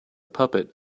puppet